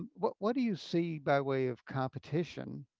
what what do you see by way of competition